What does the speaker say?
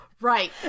Right